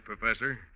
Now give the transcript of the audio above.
Professor